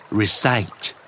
recite